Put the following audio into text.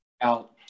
out